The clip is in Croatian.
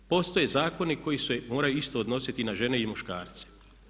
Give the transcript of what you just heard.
Postoje zakoni koji se moraju isto odnositi na žene i muškarce.